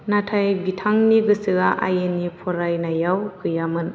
नाथाय बिथांनि गोसोआ आयेननि फरायनायाव गैयामोन